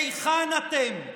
היכן אתם?